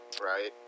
Right